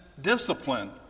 discipline